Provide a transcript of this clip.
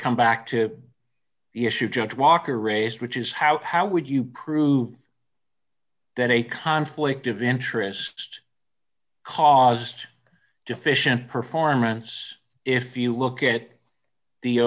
come back to the issue judge walker raised which is how how would you prove that a conflict of interest caused deficient performance if you look at the